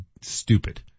stupid